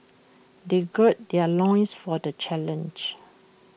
they gird their loins for the challenge